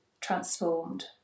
transformed